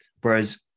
whereas